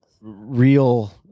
real